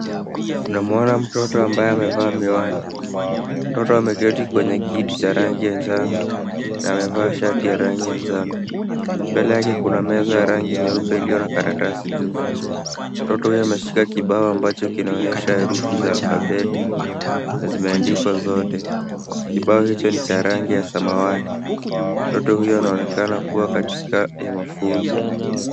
Kuna mwana mtoto ambaye amevaa miwani. Mtoto ameketi kwenye kiti cha rangi ya njano, na amevaa shati ya rangi ya njano. Mbele yake kuna meza ya rangi nyeupe iliyo na karatasi juu. Mtoto huyo ameshika kibao ambacho kinaonyesha herufi za alfabeti, na zimeandikwa zote. Kibao hicho ni cha rangi ya samawati. Mtoto huyo anaonekana kuwa katika ya mafunzo.